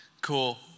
Cool